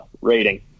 rating